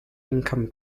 income